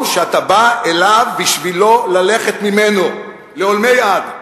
שאתה בא אליו בשביל לא ללכת ממנו לעולמי עד.